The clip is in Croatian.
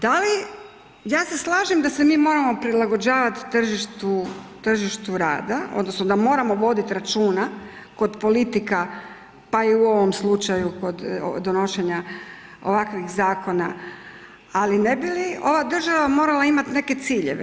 Da li, ja se slažem da se mi moramo prilagođavati tržištu rada odnosno da moramo voditi računa kod politika, pa i u ovom slučaju kod donošenja ovakvih zakona, ali, ne bi li ova država morala imati neke ciljeve?